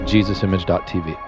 JesusImage.tv